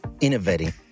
innovating